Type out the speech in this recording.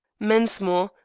mensmore,